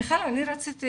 מיכל אני רציתי